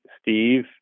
Steve